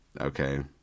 Okay